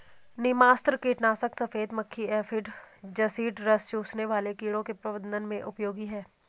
नीमास्त्र कीटनाशक सफेद मक्खी एफिड जसीड रस चूसने वाले कीड़ों के प्रबंधन में उपयोगी है